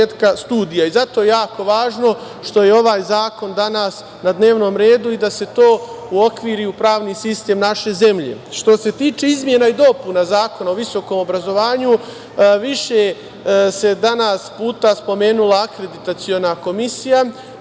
i zato je jako važno što je ovaj zakon danas na dnevnom redu i da se to uokviri u pravni sistem naše zemlje. Što se tiče izmena i dopuna Zakona o visokom obrazovanju, više se danas puta spomenula Akreditaciona komisija